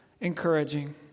encouraging